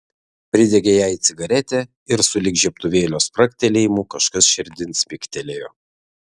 pridegė jai cigaretę ir sulig žiebtuvėlio spragtelėjimu kažkas širdin smigtelėjo